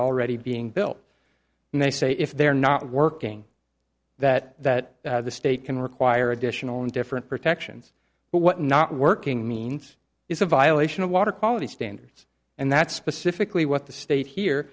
already being built and they say if they're not working that that the state can require additional and different protections but not working means is a violation of water quality standards and that's specifically what the state here